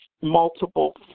multiple